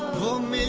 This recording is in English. whom